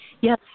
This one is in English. Yes